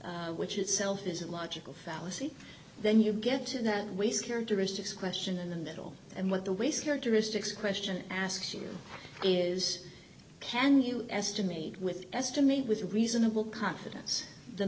which itself is a logical fallacy then you get to that waste characteristics question and then the and what the waste characteristics question asks you is can you estimate with estimate with reasonable confidence the